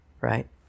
Right